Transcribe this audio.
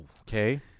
okay